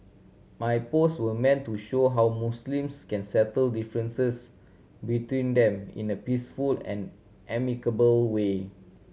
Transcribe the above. my post were meant to show how Muslims can settle differences between them in a peaceful and amicable way